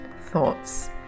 thoughts